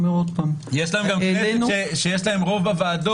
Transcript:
יש גם כנסת שיש להם רוב בוועדות.